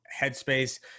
Headspace